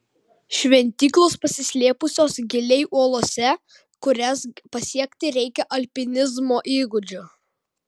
šventyklos pasislėpusios giliai uolose kurias pasiekti reikia alpinizmo įgūdžių